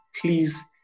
please